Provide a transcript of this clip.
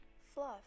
Fluff